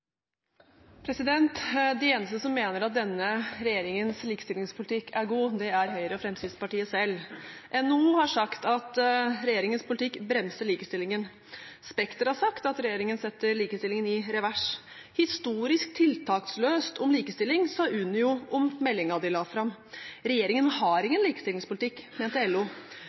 god, er Høyre og Fremskrittspartiet selv. NHO har sagt at regjeringens politikk bremser likestillingen. Spekter har sagt at regjeringen setter likestillingen i revers. «Historisk tiltaksløst om likestilling», sa Unio om meldingen regjeringen la fram. «Regjeringen har ingen likestillingspolitikk», mente LO.